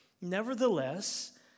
nevertheless